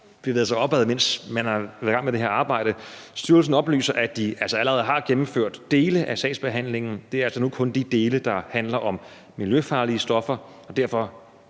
der har bevæget sig opad, mens man har været i gang med det her arbejde. Styrelsen oplyser, at de altså allerede har gennemført dele af sagsbehandlingen, og det er altså nu kun de dele, der handler om miljøfarlige stoffer og derfor